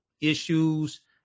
issues